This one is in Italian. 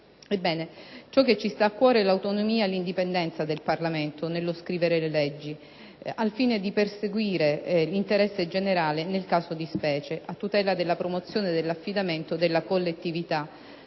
Ebbene, ciò che ci sta a cuore è l'autonomia e l'indipendenza del Parlamento nello scrivere le leggi, al fine di perseguire l'interesse generale, nel caso di specie a tutela della promozione e dell'affidamento della collettività